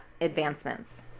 advancements